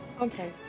Okay